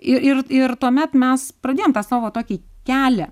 ir ir ir tuomet mes pradėjom tą savo tokį kelią